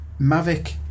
Mavic